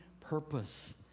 purpose